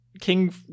King